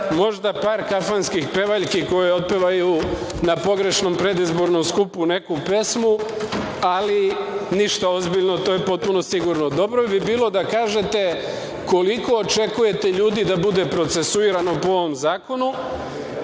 Možda par kafanskih pevaljki koje otpevaju na pogrešnom predizbornom skupu neku pesmu, ali ništa ozbiljno. To je potpuno sigurno. Dobro bi bilo da kažete koliko očekujete ljudi da bude procesuirano po ovom zakonu